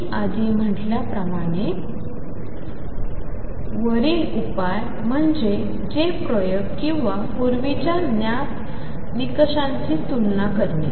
मी आधी म्हटल्याप्रमाणे यावर उपाय म्हणजे प्रयोग किंवा पूर्वीच्या ज्ञात निकालांशी तुलना करणे